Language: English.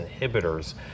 inhibitors